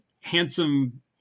handsome